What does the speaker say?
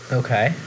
okay